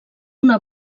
una